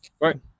Right